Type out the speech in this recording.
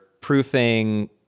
proofing